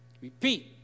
repeat